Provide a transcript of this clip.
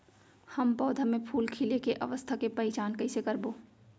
हम पौधा मे फूल खिले के अवस्था के पहिचान कईसे करबो